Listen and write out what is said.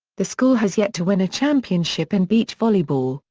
the school has yet to win a championship in beach volleyball,